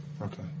Okay